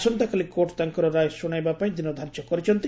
ଆସନ୍ତାକାଲି କୋର୍ଟ ତାଙ୍କର ରାୟ ଶୁଶାଇବା ପାଇଁ ଦିନ ଧାର୍ଯ୍ୟ କରିଛନ୍ତି